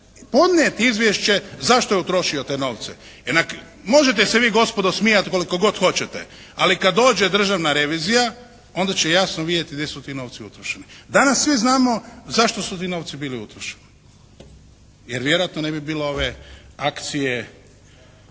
podnijeti izvješće zašto je utrošio te novce. Možete se vi gospodo smijati koliko god hoćete, ali kad dođe Državna revizija onda će jasno vidjeti gdje su ti novci utrošeni. Danas svi znamo za što su ti novci bili utrošeni, jer vjerojatno ne bi bilo ove akcije